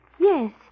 Yes